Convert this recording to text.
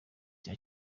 cya